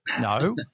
No